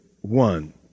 one